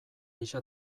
ixa